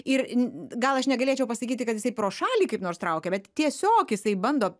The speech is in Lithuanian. ir n gal aš negalėčiau pasakyti kad jisai pro šalį kaip nors traukia bet tiesiog jisai bando